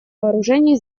вооружений